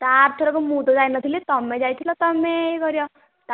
ତା ଆରଥରକ ମୁଁ ତ ଯାଇନଥିଲି ତମେ ଯାଇଥିଲ ତମେ ୟେ କରିବ ତାକୁ କହ